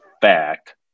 fact